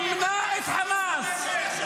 מימנה את חמאס.